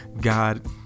God